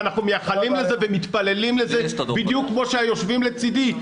ואנחנו מייחלים לזה ומתפללים לזה בדיוק כמו שהיושבים לצדי,